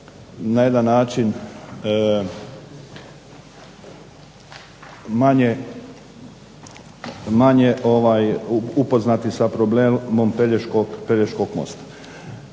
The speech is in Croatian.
na jedan način manje upoznati sa problemom Pelješkog mosta.